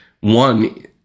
one